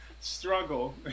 struggle